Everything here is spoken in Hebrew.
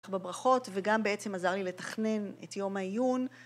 בברכות וגם בעצם עזר לי לתכנן את יום העיון.